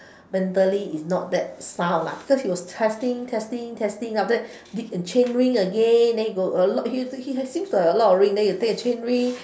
mentally he's not that sound lah cause he was testing testing testing then after that dig the chain ring again then he go a lot he he has seems to have a lot of ring then he will take the chain ring